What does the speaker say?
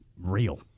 real